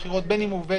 גם מבחינת מועד